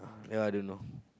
that one I don't know